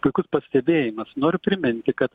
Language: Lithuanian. puikus pastebėjimas noriu priminti kad